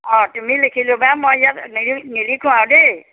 অঁ তুমি লিখি ল'বা মই ইয়াত নিলিখোঁ আৰু দেই